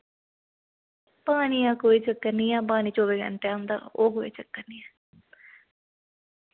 पानी दा कोई चक्कर नेईं ऐ पानी चौबी घैंटे औंदा ओह् कोई चक्कर नेईं ऐ